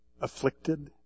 afflicted